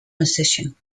musician